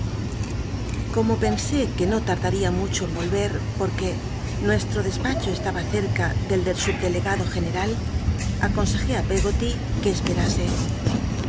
como pensé que no tardaría mucho en volver porque nuestro despacho estaba cerca del del subdelegado general aconsejé á peggoty que esperase